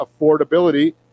affordability